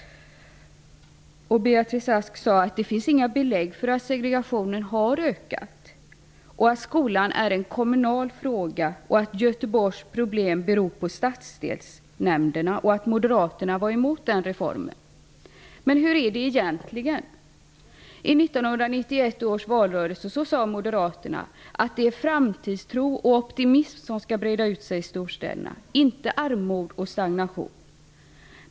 Hon sade att det inte finns några belägg för att segregationen har ökat, att skolan är en kommunal fråga och att Göteborgs problem beror på statsdelsnämnderna. Moderaterna var emot den reformen. Men hur är det egentligen? I 1991 års valrörelse sade moderaterna att det är framtidstro och optimism som skall breda ut sig i storstäderna, inte armod och stagnation.